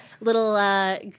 little